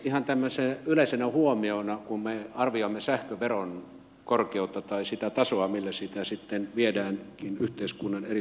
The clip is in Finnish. ihan tämmöisenä yleisenä huomiona kun me arvioimme sähköveron korkeutta tai sitä tasoa millä sitä sitten viedään yhteiskunnan eri toimintoihin